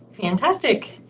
fantastic,